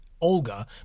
Olga